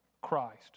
Christ